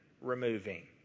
removing